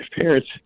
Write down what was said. parents